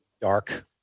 Dark